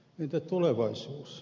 entä tulevaisuus